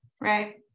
Right